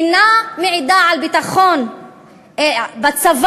אינה מעידה על ביטחון בצבא,